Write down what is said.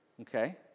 okay